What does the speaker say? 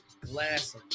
glass